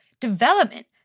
development